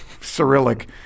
Cyrillic